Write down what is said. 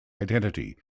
identity